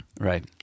Right